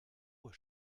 uhr